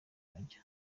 ajya